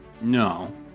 No